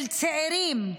של צעירים,